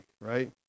right